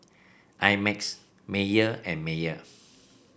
I Max Mayer and Mayer